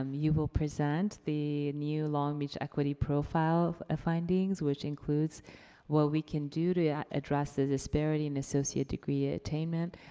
um you will present the new long beach equity profile findings, which includes what we can do to yeah address the disparity in associate degree attainment.